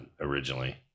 originally